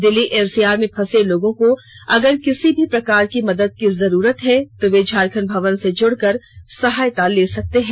Delhi NCR में फंसे लोगों को यदि किसी प्रकार की मदद की जरूरत है तो वे झारखंड भवन से जुड़कर सहायता ले सकते हैं